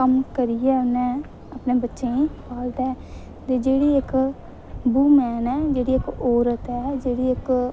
ते कम्म करियै ओह् अपने बच्चें गी पालदा ऐ ते जेह्ड़ी इक्क वूमन ऐ जेह्ड़ी इक्क औरत ऐ जेह्ड़ी इक्क